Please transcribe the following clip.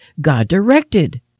God-directed